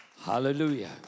Hallelujah